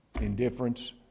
indifference